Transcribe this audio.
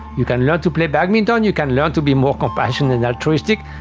you can learn to play badminton, you can learn to be more compassionate and altruistic.